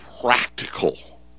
practical